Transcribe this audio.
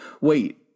wait